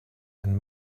and